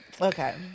Okay